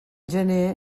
gener